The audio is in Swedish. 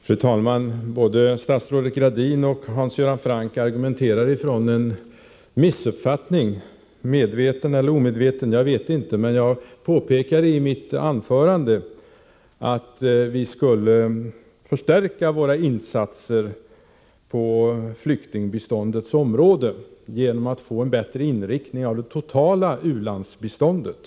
Fru talman! Både statsrådet Gradin och Hans Göran Franck argumenterar utifrån en missuppfattning — jag vet inte om den är medveten eller omedveten. Jag påpekade i mitt anförande att vi bör förstärka våra insatser på flyktingbiståndets område genom att få till stånd en bättre inriktning av det totala u-landsbiståndet.